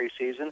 preseason